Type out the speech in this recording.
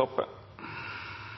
dette.